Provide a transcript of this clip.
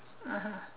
(uh huh)